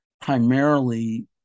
primarily